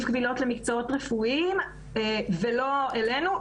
קבילות למקצועות רפואיים ולא אלינו.